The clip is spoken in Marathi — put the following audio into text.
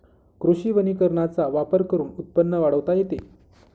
कृषी वनीकरणाचा वापर करून उत्पन्न वाढवता येते